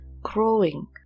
growing